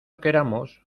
queramos